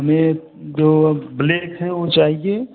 हमें जो ब्लेक है वह चाहिए